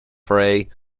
pray